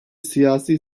siyasi